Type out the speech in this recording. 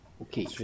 okay